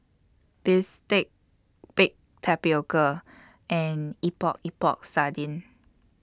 Bistake Baked Tapioca and Epok Epok Sardin